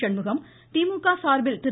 சண்முகம் திமுக சார்பில் திரு